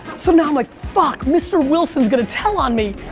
so now i'm like fuck, mr. wilson's gonna tell on me.